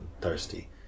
thirsty